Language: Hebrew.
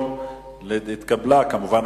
התקבלו כמובן,